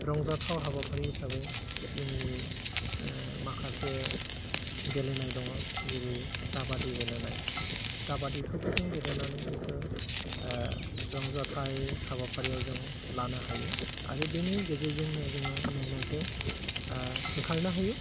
रंजाथाव हाबाफारि हिसाबै जोंनि माखासे गेलेनाय दङ जेरै काबादि गेलेनाय काबादिखौबो जों गेलेनानै बिखो रंजाथाइ हाबाफारियाव जों लानो हायो आरो बिनि गेजेरजोंनो जोङो मेंनायखो होखारनो हायो